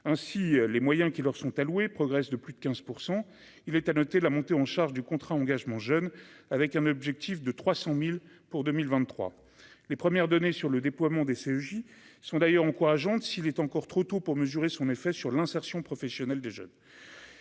ainsi les moyens qui leur sont alloués progresse de plus de 15 % il est à noter la montée en charge du contrat engagement jeune avec un objectif de 300000 pour 2023 les premières données sur le déploiement des CEJ sont d'ailleurs encourageantes, s'il est encore trop tôt pour mesurer son effet sur l'insertion professionnelle des jeunes,